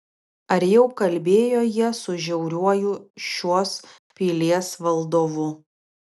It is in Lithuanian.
ar jau kalbėjo jie su žiauriuoju šios pilies valdovu